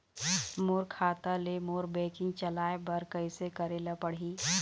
मोर खाता ले मोर बैंकिंग चलाए बर कइसे करेला पढ़ही?